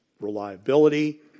reliability